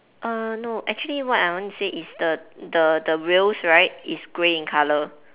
err no actually what I want to say is the the the wheels right is grey in colour